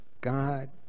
God